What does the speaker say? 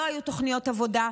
לא היו תוכניות עבודה,